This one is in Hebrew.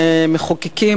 כמחוקקים,